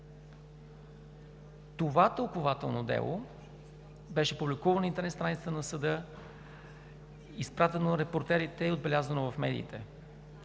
Тълкувателното дело беше публикувано на интернет страницата на съда, изпратено е на репортерите и е отбелязано в медиите.